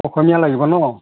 অসমীয়া লাগিব ন'